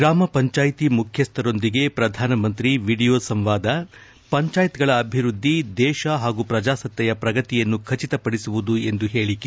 ಗ್ರಾಮ ಪಂಚಾಯಿತಿ ಮುಖ್ಯಸ್ವರೊಂದಿಗೆ ಪ್ರಧಾನಮಂತ್ರಿ ವಿಡಿಯೋ ಸಂವಾದ ಪಂಚಾಯತ್ಗಳ ಅಭಿವೃದ್ದಿ ದೇಶ ಹಾಗೂ ಪ್ರಜಾಸತ್ತೆಯ ಪ್ರಗತಿಯನ್ನು ಖಚಿತಪಡಿಸುವುದು ಎಂದು ಹೇಳಿಕೆ